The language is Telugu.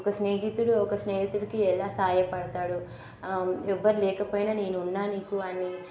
ఒక స్నేహితుడు ఒక స్నేహితుడికి ఎలా సాయపడతాడు ఎవ్వరు లేకపోయినా నేనున్నా నీకు అని